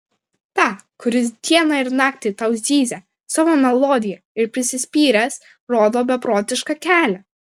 tą kuris dieną ir naktį tau zyzia savo melodiją ir prisispyręs rodo beprotišką kelią